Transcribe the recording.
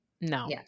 No